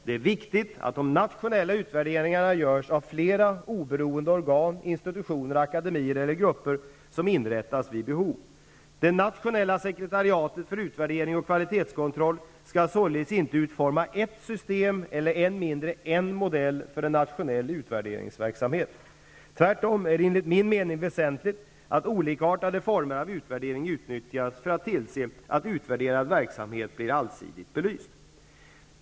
Det är viktigt att de nationella utvärderingarna görs av flera, oberoende organ, institutioner, akademier eller grupper som inrättas vid behov. Det nationella sekretariatet för utvärdering och kvalitetskontroll skall således inte utforma ett system eller än mindre en modell för en nationell utvärderingsverksamhet. Tvärtom är det enligt min mening väsentligt att olikartade former av utvärdering utnyttjas för att tillse att utvärderad verksamhet blir allsidigt belyst.